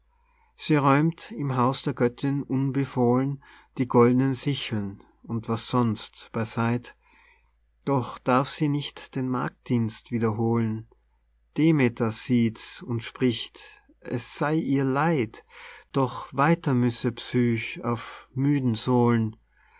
sie räumt im haus der göttin unbefohlen die goldnen sicheln und was sonst bei seit doch darf sie nicht den magddienst wiederholen demeter sieht's und spricht es sei ihr leid doch weiter müsse psych auf müden sohlen